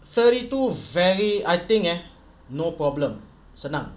thirty two fairly I think eh no problem senang